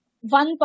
one